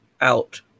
out